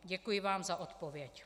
Děkuji vám za odpověď.